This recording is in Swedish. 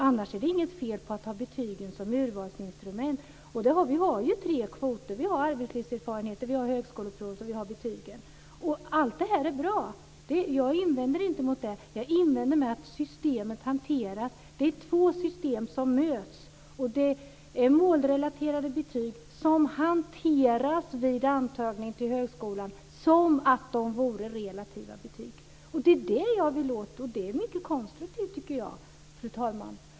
Annars är det inget fel i att ha betygen som urvalsinstrument. Vi har ju tre kvoter: arbetslivserfarenhet, högskoleprovet och betygen. Allt det här är bra. Jag invänder inte emot det. Jag invänder mot hur systemet hanteras. Det är två system som möts. Målrelaterade betyg hanteras vid antagning till högskolan som om de vore relativa betyg. Det är detta jag vill åt, och det är mycket konstruktivt, tycker jag, fru talman.